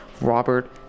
Robert